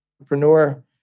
entrepreneur